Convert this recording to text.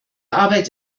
arbeit